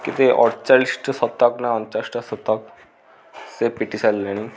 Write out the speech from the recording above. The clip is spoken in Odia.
କେତେ ଅଡ଼ଚାଳିଶଟା ଶତକ ନା ଅଣଚାଳିଶଟା ଶତକ ସେ ପିଟି ସାରିଲେଣି